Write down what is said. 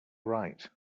right